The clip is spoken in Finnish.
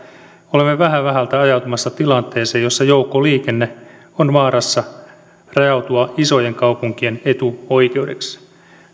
olemme vähä vähältä ajautumassa tilanteeseen jossa joukkoliikenne on vaarassa rajautua isojen kaupunkien etuoikeudeksi